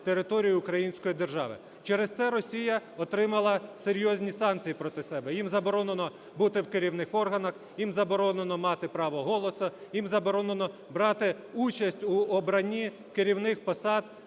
території української держави. Через це Росія отримала серйозні санкції проти себе. Їм заборонено бути в керівних органах, їм заборонено мати право голосу. Їм заборонено брати участь в обранні керівних посад,